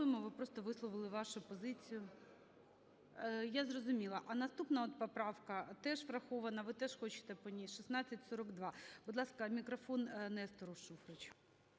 ви просто висловили вашу позицію. Я зрозуміла. А наступна поправка теж врахована, ви теж хочете по ній, 1642. Будь ласка, мікрофон Нестору Шуфричу.